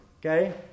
Okay